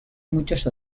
muchos